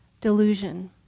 delusion